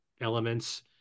elements